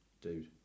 Dude